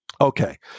Okay